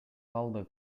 калдык